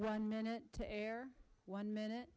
one minute to air one minute